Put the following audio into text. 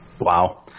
Wow